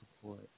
support